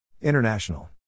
International